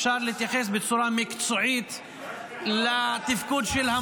אפשר להתייחס בצורה מקצועית לתפקוד המורים,